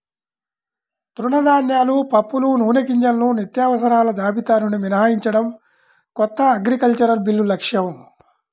తృణధాన్యాలు, పప్పులు, నూనెగింజలను నిత్యావసరాల జాబితా నుండి మినహాయించడం కొత్త అగ్రికల్చరల్ బిల్లు లక్ష్యం